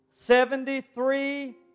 Seventy-three